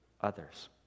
others